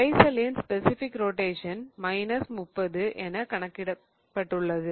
கரைசலின் specific rotation minus 30 என கொடுக்கப்பட்டுள்ளது